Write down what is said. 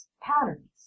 patterns